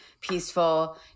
peaceful